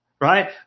right